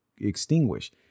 extinguish